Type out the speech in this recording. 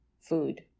food